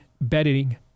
bedding